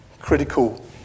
critical